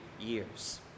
years